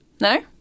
No